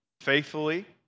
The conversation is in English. faithfully